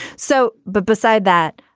so. but beside that,